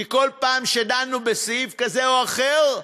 כי כל פעם שדנו בסעיף כזה או אחר,